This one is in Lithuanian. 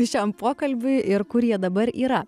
šiam pokalbiui ir kur jie dabar yra